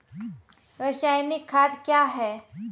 रसायनिक खाद कया हैं?